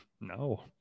no